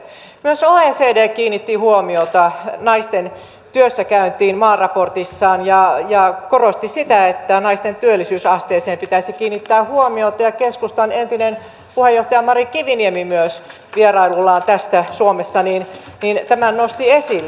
myös oecd kiinnitti huomiota naisten työssäkäyntiin maaraportissaan ja korosti sitä että naisten työllisyysasteeseen pitäisi kiinnittää huomiota ja myös keskustan entinen puheenjohtaja mari kiviniemi vierailullaan suomessa tämän nosti esille